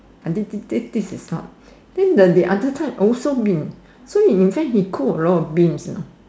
this this this is not then the the other time also beans so in fact he cook a lot of beans